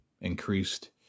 increased